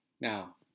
Now